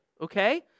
okay